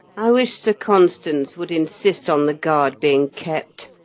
i wish sir constans would insist on the guard being kept,